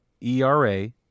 ERA